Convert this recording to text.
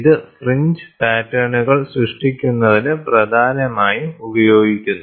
ഇത് ഫ്രിഞ്ച് പാറ്റേണുകൾ സൃഷ്ടിക്കുന്നതിന് പ്രധാനമായും ഉപയോഗിക്കുന്നു